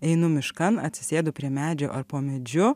einu miškan atsisėdu prie medžio ar po medžiu